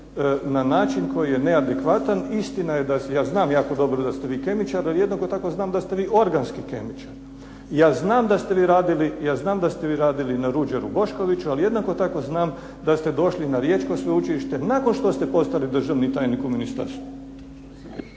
na način koji je neadekvatan. Istina je da, ja znam jako dobro da ste vi kemičar, ali jednako tako da ste vi organski kemičar. Ja znam da ste vi radili na "Ruđeru Boškoviću", ali jednako tako znam da ste došli na riječko sveučilište nakon što ste postali državni tajnik u ministarstvu.